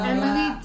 Emily